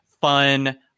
fun